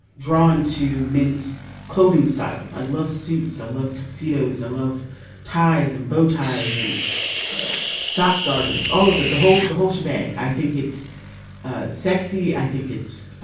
drawn to men's clothing styles. i love suits i love tuxedos i love ties and bow ties and soft garters all of that the whole the whole shebang. i think it's sexy. i think it's